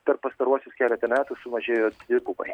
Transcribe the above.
per pastaruosius keletą metų sumažėjo dvigubai